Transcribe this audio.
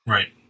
Right